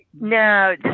No